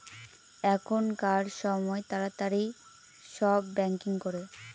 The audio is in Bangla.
এখনকার সময় তাড়াতাড়ি সব ব্যাঙ্কিং করে